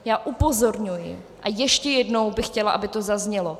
Já upozorňuji, a ještě jednou bych chtěla, aby to zaznělo.